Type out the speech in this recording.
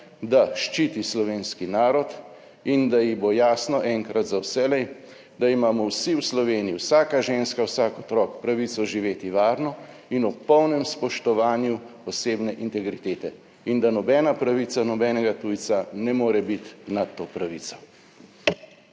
da ščiti slovenski narod in da ji bo jasno enkrat za vselej, da imamo vsi v Sloveniji, vsaka ženska, vsak otrok, pravico živeti varno in ob polnem spoštovanju osebne integritete in da nobena pravica nobenega tujca ne more biti nad to pravico.